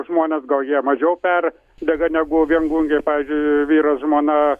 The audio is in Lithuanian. žmonės gal jie mažiau per dega negu viengungiai ir pavyzdžiui vyras žmona